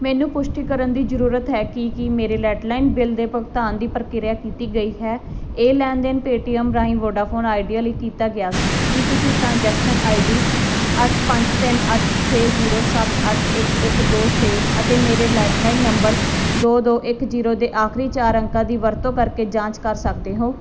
ਮੈਨੂੰ ਪੁਸ਼ਟੀ ਕਰਨ ਦੀ ਜ਼ਰੂਰਤ ਹੈ ਕਿ ਕੀ ਮੇਰੇ ਲੈਂਡਲਾਈਨ ਬਿੱਲ ਦੇ ਭੁਗਤਾਨ ਦੀ ਪ੍ਰਕਿਰਿਆ ਕੀਤੀ ਗਈ ਹੈ ਇਹ ਲੈਣ ਦੇਣ ਪੇਟੀਐੱਮ ਰਾਹੀਂ ਵੋਡਾਫੋਨ ਆਈਡੀਆ ਲਈ ਕੀਤਾ ਗਿਆ ਸੀ ਕੀ ਤੁਸੀਂ ਟ੍ਰਾਂਜੈਕਸ਼ਨ ਆਈ ਡੀ ਅੱਠ ਪੰਜ ਤਿੰਨ ਅੱਠ ਛੇ ਜੀਰੋ ਸੱਤ ਅੱਠ ਇੱਕ ਇੱਕ ਦੋ ਛੇ ਅਤੇ ਮੇਰੇ ਲੈਂਡਲਾਈਨ ਨੰਬਰ ਦੋ ਦੋ ਇੱਕ ਜੀਰੋ ਦੇ ਆਖਰੀ ਚਾਰ ਅੰਕਾਂ ਦੀ ਵਰਤੋਂ ਕਰਕੇ ਜਾਂਚ ਕਰ ਸਕਦੇ ਹੋ